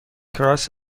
کراس